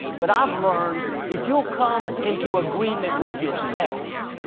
but i've learned if you'll come into agreement with yourself,